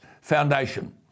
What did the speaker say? foundation